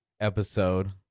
episode